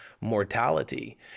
mortality